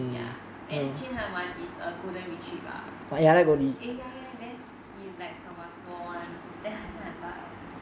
ya then jun han [one] is a golden retriever eh ya ya then he like from a small one then 它现在很大了